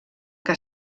que